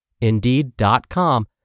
Indeed.com